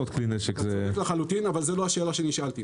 אתה צודק לחלוטין אבל זאת לא השאלה שנשאלתי.